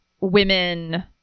women